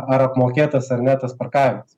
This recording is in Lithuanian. ar apmokėtas ar ne tas parkavimas